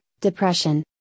depression